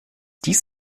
dies